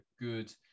good